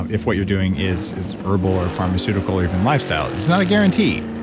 um if what you're doing is is herbal or pharmaceutical, even lifestyle, it's not a guarantee,